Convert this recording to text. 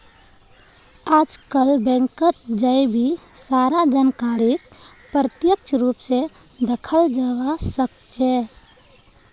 आजकल बैंकत जय भी सारा जानकारीक प्रत्यक्ष रूप से दखाल जवा सक्छे